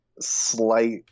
slight